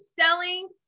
selling